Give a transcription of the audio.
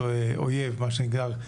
מה שנקרא,